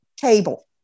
cable